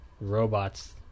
robots